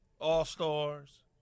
all-stars